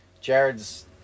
Jared's